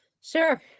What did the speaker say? Sure